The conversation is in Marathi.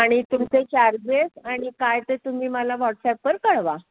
आणि तुमचे चार्जेस आणि काय ते तुम्ही मला व्हॉट्सॲपवर कळवा